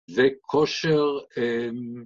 זה כושר